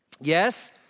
Yes